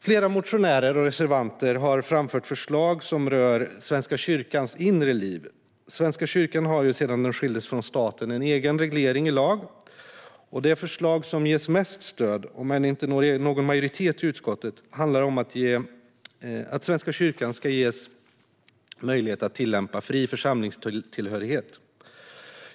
Flera motionärer och reservanter har framfört förslag som rör Svenska kyrkans inre liv. Svenska kyrkan har sedan den skildes från staten en egen reglering i lag. Det förslag som ges mest stöd, om än inte når någon majoritet i utskottet, handlar om att Svenska kyrkan ska ges möjlighet att tillämpa fri församlingstillhörighet.